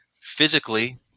physically